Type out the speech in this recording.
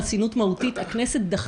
שכשחבר כנסת מחוקק חקיקה שהיא כללית ורחבה,